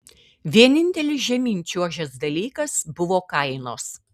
vienintelis žemyn čiuožęs dalykas buvo kainos